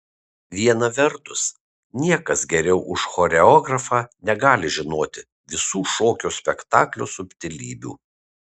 viena vertus niekas geriau už choreografą negali žinoti visų šokio spektaklio subtilybių